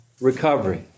recovery